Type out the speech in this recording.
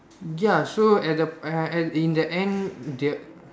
ya so at the uh at in the end the